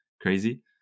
crazy